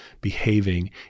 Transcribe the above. behaving